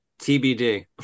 tbd